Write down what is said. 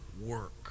work